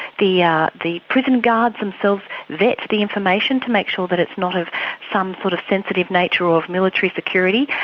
the yeah the prison guards themselves vet the information to make sure that it's not of some sort of sensitive nature or of military security,